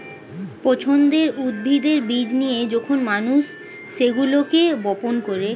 পছন্দের উদ্ভিদের বীজ নিয়ে যখন মানুষ সেগুলোকে বপন করে